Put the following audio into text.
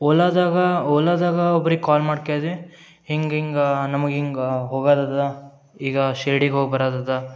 ಓಲಾದಾಗ ಓಲಾದಾಗ ಒಬ್ರಿಗೆ ಕಾಲ್ ಮಾಡಿ ಕೇಳ್ದ್ವಿ ಹಿಂಗಿಂಗೆ ನಮಗೆ ಹಿಂಗೆ ಹೋಗದು ಈಗ ಶಿರ್ಡಿಗೆ ಹೋಗಿ ಬರದು